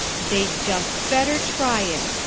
they'd just better try it.